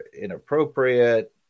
inappropriate